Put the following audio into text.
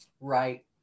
Right